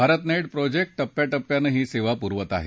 BharatNet project टप्प्या टप्प्यानं ही सेवा पुरवत आहे